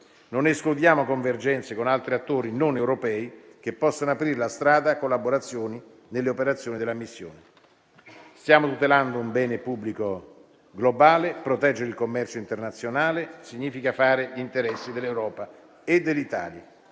Non escludiamo convergenze con altri attori non europei che possano aprire la strada a collaborazioni nelle operazioni della missione. Stiamo tutelando un bene pubblico globale. Proteggere il commercio internazionale significa fare gli interessi dell'Europa e dell'Italia.